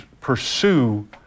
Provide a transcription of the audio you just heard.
pursue